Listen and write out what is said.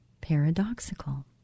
paradoxical